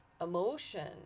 emotion